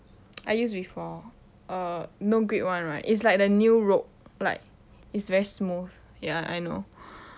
I use before err no grip one right it's like the new road like it's very smooth ya I know